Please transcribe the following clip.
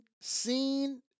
seen